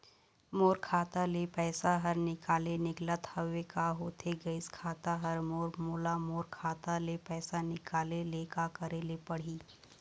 मोर खाता ले पैसा हर निकाले निकलत हवे, का होथे गइस खाता हर मोर, मोला मोर खाता ले पैसा निकाले ले का करे ले पड़ही?